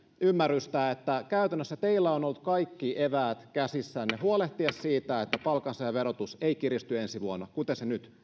ymmärrystä sille että käytännössä teillä on ollut kaikki eväät käsissänne huolehtia siitä että palkansaajan verotus ei kiristy ensi vuonna kuten se nyt